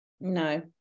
No